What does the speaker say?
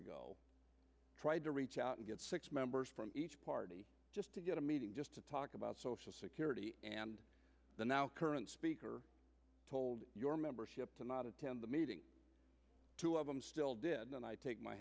ago tried to reach out and get six members from each party just to get a meeting just to talk about social security and the now current speaker told your membership to not attend the meeting two of them still did and i take my